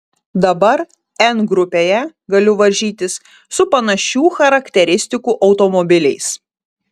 dabar n grupėje galiu varžytis su panašių charakteristikų automobiliais